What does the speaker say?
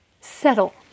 settle